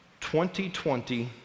2020